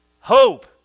hope